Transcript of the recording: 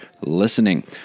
listening